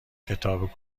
کتاب